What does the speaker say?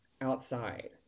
outside